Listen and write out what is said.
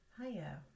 Hiya